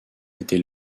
était